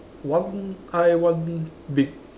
one eye one beak